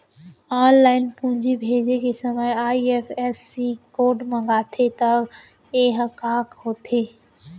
Online पूंजी भेजे के समय आई.एफ.एस.सी कोड माँगथे त ये ह का होथे?